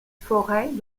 forêts